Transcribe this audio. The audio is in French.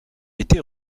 été